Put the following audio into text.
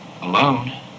Alone